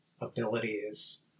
abilities